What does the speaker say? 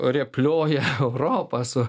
rėplioja europa su